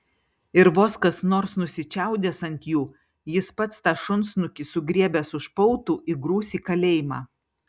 ir vos kas nors nusičiaudės ant jų jis pats tą šunsnukį sugriebęs už pautų įgrūs į kalėjimą